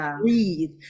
breathe